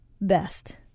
best